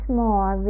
more